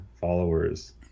followers